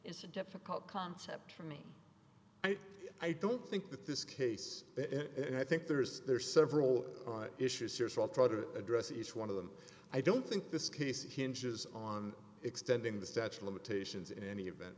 is a difficult concept for me i don't think that this case and i think there's there are several issues here so i'll try to address each one of them i don't think this case hinges on extending the statue limitations in any event